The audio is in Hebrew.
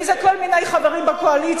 כי זה כל מיני חברים בקואליציה,